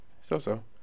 so-so